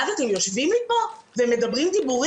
ואז אתם יושבים לי פה ומדברים דיבורים?